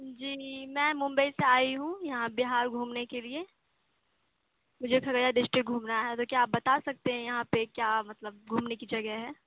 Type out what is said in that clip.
جی میں ممبئی سے آئی ہوں یہاں بہار گھومنے کے لیے مجھے کھگریا ڈسٹرکٹ گھومنا ہے تو کیا آپ بتا سکتے ہیں یہاں پہ کیا مطلب گھومنے کی جگہ ہے